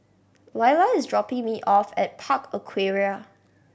Lyla is dropping me off at Park Aquaria